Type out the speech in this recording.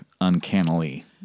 uncannily